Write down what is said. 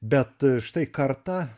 bet štai kartą